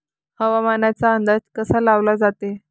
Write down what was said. हवामानाचा अंदाज कसा लावला जाते?